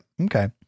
Okay